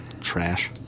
Trash